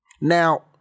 Now